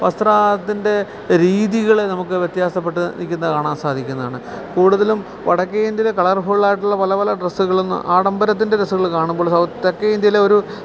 വസ്ത്രത്തിൻ്റെ രീതികള് നമുക്ക് വ്യത്യാസപ്പെട്ട് നില്ക്കുന്നത് കാണാൻ സാധിക്കുന്നതാണ് കൂടുതലും വടക്കേ ഇന്ത്യയില് കളർഫുൾ ആയിട്ടുള്ള പല പല ഡ്രസുകള് ആഡംബരത്തിൻ്റെ ഡ്രസുകള് കാണുമ്പോള് തെക്കേ ഇന്ത്യയിലെ ഒരു സാംസ്കാരിക